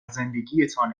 زندگیتان